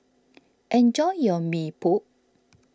enjoy your Mee Pok